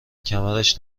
کمرش